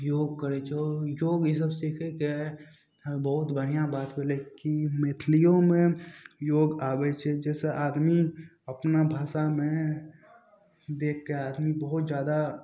योग करै छै योग ईसब सिखैके बहुत बढ़िआँ बात होलै कि मैथिलिओमे योग आबै छै जाहिसे आदमी अपना भाषामे देखिके आदमी बहुत जादा